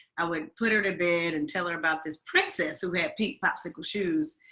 i would put her to bed and tell her about this princess, who have pink popsicle shoes,